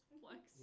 flex